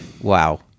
Wow